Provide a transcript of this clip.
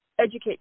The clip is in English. educate